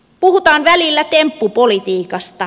puhutaan välillä temppupolitiikasta